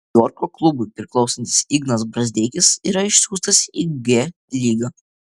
niujorko klubui priklausantis ignas brazdeikis yra išsiųstas į g lygą